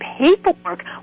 paperwork